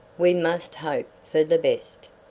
we must hope for the best.